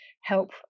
help